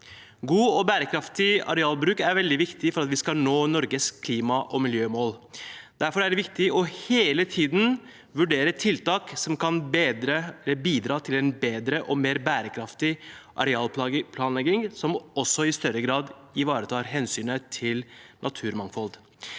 God og bærekraftig arealbruk er veldig viktig for at vi skal nå Norges klima- og miljømål. Derfor er det viktig hele tiden å vurdere tiltak som kan bidra til en bedre og mer bærekraftig arealplanlegging som også i større grad ivaretar hensynet til naturmangfold.